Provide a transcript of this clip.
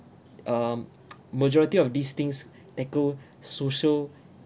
um majority of these things tackle social